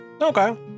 Okay